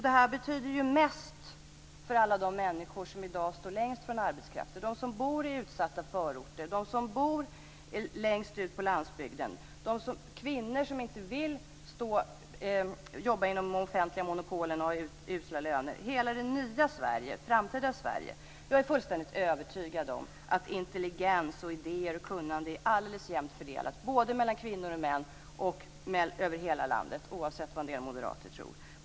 Detta betyder mest för alla de människor som befinner sig längst från arbetskraften, de som bor i utsatta förorter, de som bor längst ut på landsbygden, kvinnor som inte vill jobba inom de offentliga monopolen och ha usla löner - hela det nya Sverige, framtidens Jag är fullständigt övertygad om att intelligens, idéer och kunnande är alldeles jämnt fördelade både mellan kvinnor och män och över hela landet - oavsett vad en del moderater tror.